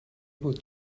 بود